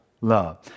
love